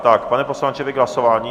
Tak, pane poslanče, vy k hlasování?